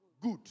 good